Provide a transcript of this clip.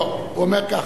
לא, הוא אומר כך: